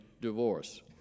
divorce